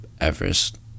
Everest